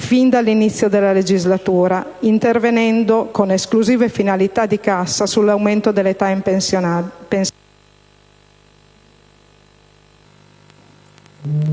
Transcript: fin dall'inizio della legislatura: intervenendo con esclusive finalità di cassa sull'aumento dell'età pensionabile.